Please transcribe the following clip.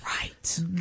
Right